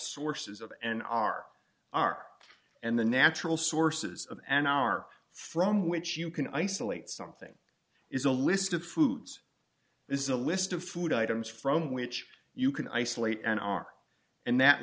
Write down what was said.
sources of an r are and the natural sources of an hour from which you can isolate something is a list of foods this is a list of food items from which you can isolate an r and that